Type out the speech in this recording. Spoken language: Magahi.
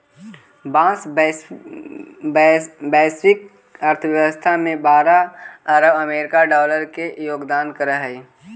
बाँस वैश्विक अर्थव्यवस्था में बारह अरब अमेरिकी डॉलर के योगदान करऽ हइ